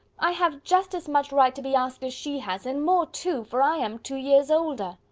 i have just as much right to be asked as she has, and more too, for i am two years older.